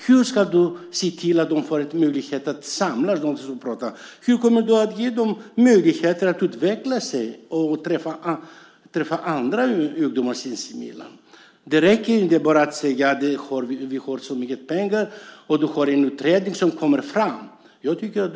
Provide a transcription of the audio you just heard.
Hur ska de få möjlighet att kunna samlas någonstans? Kommer du att ge fler möjligheter att utvecklas och träffa andra ungdomar? Det räcker inte med att säga att det finns pengar och att det ska läggas fram en utredning.